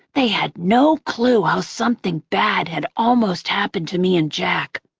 they had no clue how something bad had almost happened to me and jack.